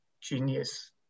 genius